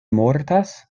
mortas